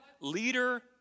leader